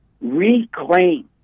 reclaim